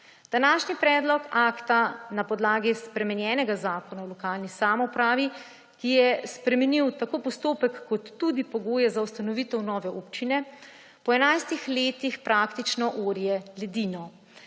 Današnji predlog akta na podlagi spremenjenega Zakona o lokalni samoupravi, ki je spremenil tako postopek kot tudi pogoje za ustanovitev nove občine, po enajstih letih praktično orje ledino.